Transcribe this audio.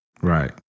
Right